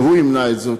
שהוא ימנע זאת.